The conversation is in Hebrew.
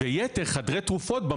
וייתר חדרי תרופות בשכונות,